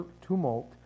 tumult